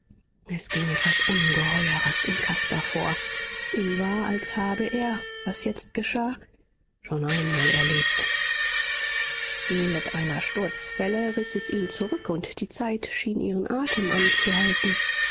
es ging etwas ungeheures in caspar vor ihm war als habe er was jetzt geschah schon einmal erlebt wie mit einer sturzwelle riß es ihn zurück und die zeit schien ihren atem anzuhalten